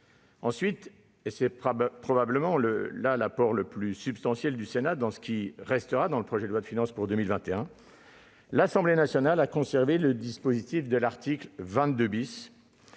Ensuite, et c'est là probablement l'apport le plus substantiel du Sénat au projet de loi de finances pour 2021, l'Assemblée nationale a conservé le dispositif de l'article 22 B,